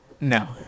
No